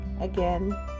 again